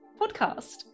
Podcast